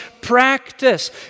practice